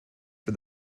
for